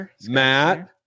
Matt